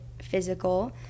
Physical